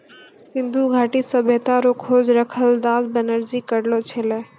सिन्धु घाटी सभ्यता रो खोज रखालदास बनरजी करलो छै